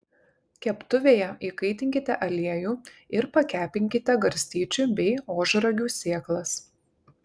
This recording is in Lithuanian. keptuvėje įkaitinkite aliejų ir pakepinkite garstyčių bei ožragių sėklas